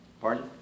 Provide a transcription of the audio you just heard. Pardon